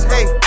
Hey